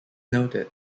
noted